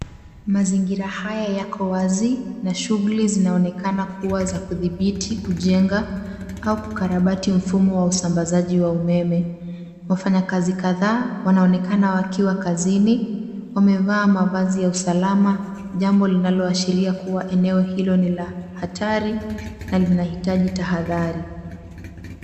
Mazingira haya yako wazi na shughuli zinaonekana kuwa za kudhibiti, kujenga au kukarabati mfumo wa usambazaji wa umeme. Wafanyakazi kadhaa wanaonekana wakiwa kazini, wamevaa mavazi ya usalama, jambo linaloashiria kuwa eneo hilo ni la hatari na linahitaji tahadhari.